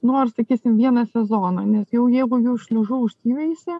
nors sakysim vieną sezoną nes jau jeigu jau šliužų užsiveisia